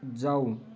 जाऊ